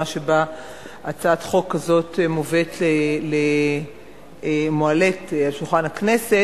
שהצעת חוק כזאת מועלית על שולחן הכנסת,